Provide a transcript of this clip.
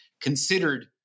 considered